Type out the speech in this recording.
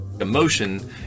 Emotion